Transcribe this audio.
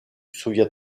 soviet